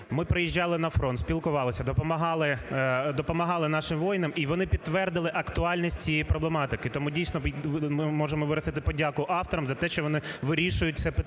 ми приїжджали на фронт, спілкувалися, допомагали нашим воїнам і вони підтвердили актуальність цієї проблематики. Тому дійсно ми можемо виразити подяку авторам за те, що вони вирішують це питання.